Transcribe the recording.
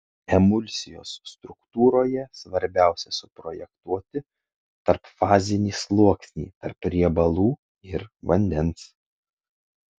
emulsijos struktūroje svarbiausia suprojektuoti tarpfazinį sluoksnį tarp riebalų ir vandens